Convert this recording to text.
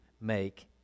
make